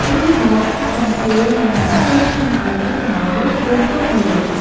រួចមក ដាក់បង្គា និងមឹកចូលឆាឱ្យឆ្អិនល្មម រួចដួសទុកមួយឡែក។